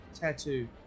tattoo